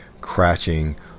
crashing